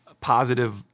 positive